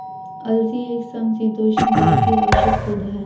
अलसी एक समशीतोष्ण का अति आवश्यक पौधा है